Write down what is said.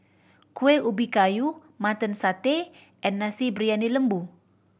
Kueh Ubi Kayu Mutton Satay and Nasi Briyani Lembu